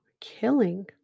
killing